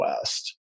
West